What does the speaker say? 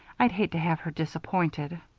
i'd hate to have her disappointed.